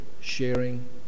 sharing